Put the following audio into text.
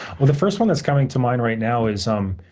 well, the first one that's coming to mind, right now, is um